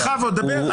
בכבוד, דבר.